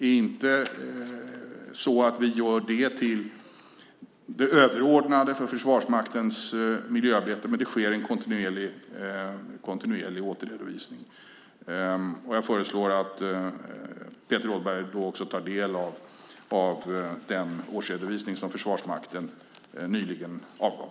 Vi gör det inte till det överordnade för Försvarsmaktens miljöarbete, men det sker en kontinuerlig återredovisning. Jag föreslår att Peter Rådberg också tar del av den årsredovisning som Försvarsmakten nyligen avgav.